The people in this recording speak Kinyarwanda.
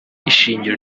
ishingiro